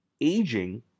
Aging